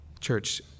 Church